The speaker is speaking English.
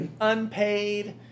unpaid